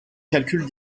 calcul